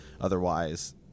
otherwise